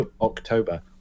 October